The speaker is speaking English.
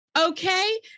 okay